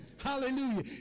hallelujah